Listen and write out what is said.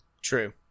True